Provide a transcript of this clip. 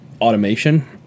automation